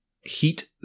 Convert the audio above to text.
heat